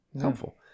Helpful